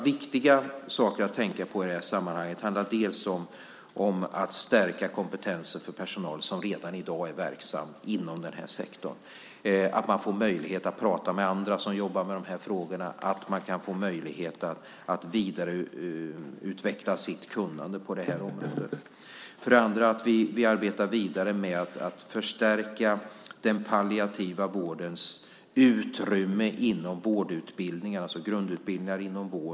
Viktiga saker att tänka på i detta sammanhang är för det första att stärka kompetensen för personal som redan i dag är verksam inom denna sektor, att man får möjlighet att prata med andra som jobbar med dessa frågor och möjlighet att vidareutveckla sitt kunnande på detta område. För det andra ska vi arbeta vidare med att förstärka den palliativa vårdens utrymme inom vårdens grundutbildningar.